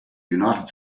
united